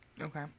Okay